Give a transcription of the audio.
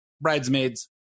Bridesmaids